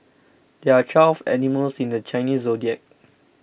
there are twelve animals in the Chinese zodiac